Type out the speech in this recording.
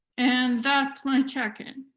and that's my check-in.